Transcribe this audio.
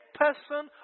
person